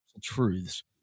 truths